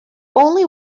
only